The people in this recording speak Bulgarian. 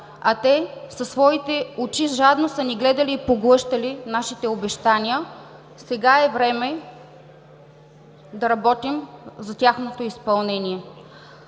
а те със своите очи жадно са ни гледали и поглъщали нашите обещания. Сега е време да работим за тяхното изпълнение.